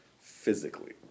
physically